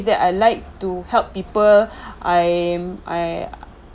that I like to help people I I